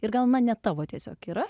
ir gal na ne tavo tiesiog yra